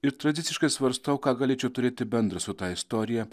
ir tradiciškai svarstau ką galėčiau turėti bendra su ta istorija